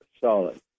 solid